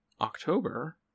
October